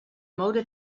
moure